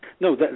No